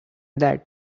that